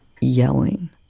yelling